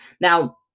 now